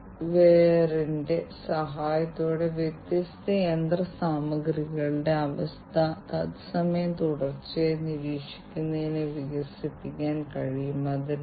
അതിനാൽ മെഷീനുകളുടെ സ്വകാര്യത വ്യവസായത്തിൽ പ്രവർത്തിക്കുന്ന വ്യക്തികൾ വിവരത്തിനും സിസ്റ്റം സുരക്ഷയ്ക്കും ഒപ്പം ഇത് വളരെ പ്രധാനപ്പെട്ട ഒരു ആശങ്കയായി മാറുന്നു